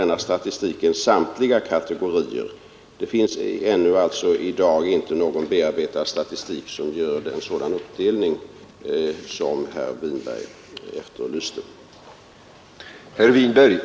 Denna statistik omfattar emellertid samtliga kategorier av permissioner. Det finns i dag ännu inte någon bearbetad statistik med en sådan uppdelning som herr Winberg efterlyste.